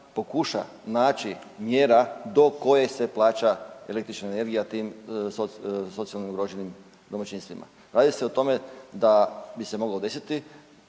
pokuša naći mjera do koje se plaća električna energija tim socijalno ugroženim domaćinstvima. Radi se o tome da bi se moglo desiti